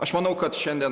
aš manau kad šiandien